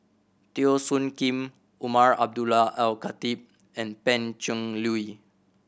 Teo Soon Kim Umar Abdullah Al Khatib and Pan Cheng Lui